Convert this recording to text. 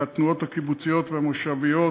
התנועות הקיבוציות והמושביות,